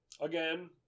Again